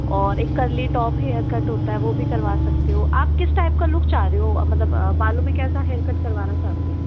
और एक curly top hair cut होता है वो भी करवा सकते हो आप किस टाइप का लुक चाह रहे हो मतलब बालों में कैसा हेयर कट करवाना चाहते हो